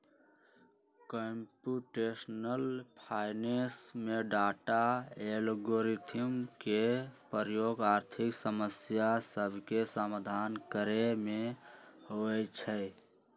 computational finance में data, algorithm के प्रयोग आर्थिक समस्या सभके समाधान करे में होइ छै